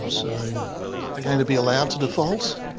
um so they going to be allowed to default?